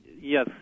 Yes